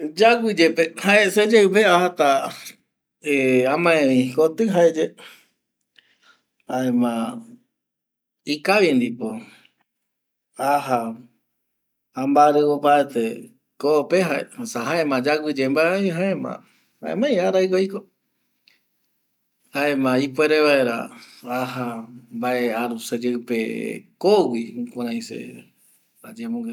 Yaguiye pe jae seyeipe ajata amae vi ko ti jayae jaema ikavi ndipo aja amvaruru vae ko pe esa jaema vae yaguiye oi vae ko pe jaema jaimai aja raigua se puere vaera aiki vae seyeipe.